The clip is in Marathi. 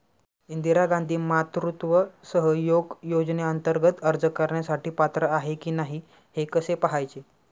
इंदिरा गांधी मातृत्व सहयोग योजनेअंतर्गत अर्ज करण्यासाठी पात्र आहे की नाही हे कसे पाहायचे?